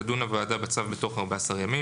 תדון הוועדה בצו בתוך 14 ימים.